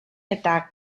eta